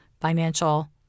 financial